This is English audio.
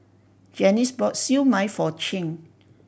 Janice bought Siew Mai for Chin